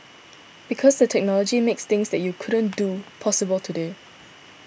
because the technology makes things that you couldn't do possible today